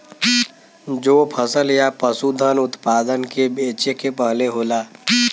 जो फसल या पसूधन उतपादन के बेचे के पहले होला